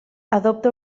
adopta